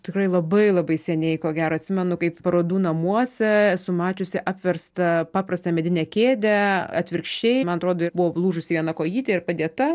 tikrai labai labai seniai ko gero atsimenu kaip parodų namuose esu mačiusi apverstą paprastą medinę kėdę atvirkščiai man atrodo buvo lūžusi viena kojytė ir padėta